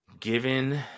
Given